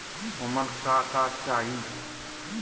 ओमन का का चाही?